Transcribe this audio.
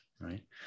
right